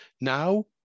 Now